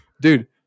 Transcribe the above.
Dude